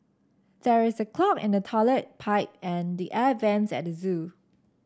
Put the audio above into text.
there is a clog in the toilet pipe and the air vents at the zoo